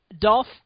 Dolph